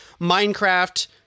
Minecraft